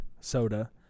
soda